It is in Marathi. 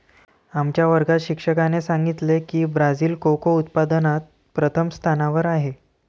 आमच्या वर्गात शिक्षकाने सांगितले की ब्राझील कोको उत्पादनात प्रथम स्थानावर आहे